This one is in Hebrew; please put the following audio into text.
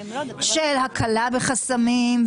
של הקלה בחסמים,